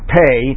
pay